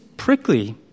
prickly